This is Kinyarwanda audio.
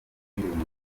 umutekano